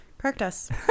practice